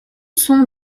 sont